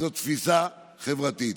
זאת תפיסה חברתית.